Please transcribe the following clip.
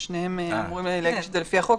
ששניהם אמורים להגיש את זה לפי החוק,